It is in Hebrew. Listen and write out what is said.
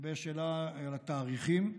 לגבי השאלה על התאריכים,